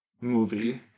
movie